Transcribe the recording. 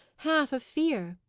half of fear.